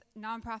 nonprofit